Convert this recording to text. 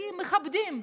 כי מכבדים,